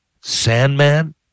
sandman